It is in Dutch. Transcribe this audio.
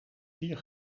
vier